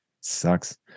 sucks